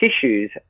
tissues